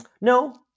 No